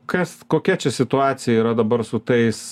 kas kokia čia situacija yra dabar su tais